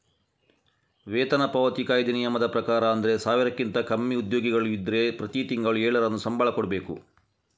ವೇತನ ಪಾವತಿ ಕಾಯಿದೆ ನಿಯಮದ ಪ್ರಕಾರ ಆದ್ರೆ ಸಾವಿರಕ್ಕಿಂತ ಕಮ್ಮಿ ಉದ್ಯೋಗಿಗಳು ಇದ್ರೆ ಪ್ರತಿ ತಿಂಗಳು ಏಳರಂದು ಸಂಬಳ ಕೊಡ್ಬೇಕು